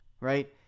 right